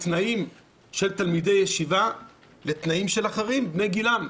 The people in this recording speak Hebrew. בתנאים של תלמידי ישיבה לתנאים של אחרים בני גילם.